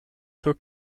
sur